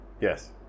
Yes